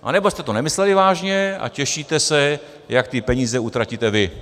Anebo jste to nemysleli vážně a těšíte se, jak ty peníze utratíte vy.